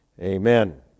amen